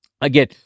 again